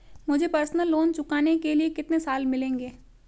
मुझे personal loan चुकाने के लिए कितने साल मिलेंगे?